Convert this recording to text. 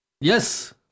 Yes